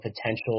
potential